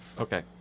Okay